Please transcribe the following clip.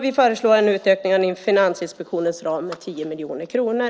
Vi föreslår en utökning av Finansinspektionens ram med 10 miljoner kronor.